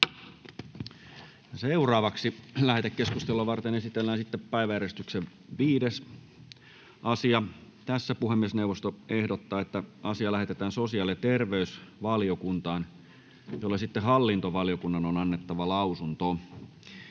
Content: Lähetekeskustelua varten esitellään päiväjärjestyksen 5. asia. Puhemiesneuvosto ehdottaa, että asia lähetetään sosiaali- ja terveysvaliokuntaan, jolle hallintovaliokunnan on annettava lausunto.